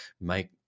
make